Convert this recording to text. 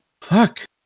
fuck